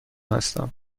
هستم